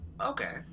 Okay